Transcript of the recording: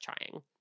trying